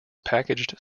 packaged